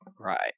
right